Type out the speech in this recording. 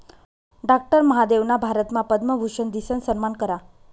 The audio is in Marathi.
डाक्टर महादेवना भारतमा पद्मभूषन दिसन सम्मान करा